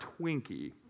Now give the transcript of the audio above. Twinkie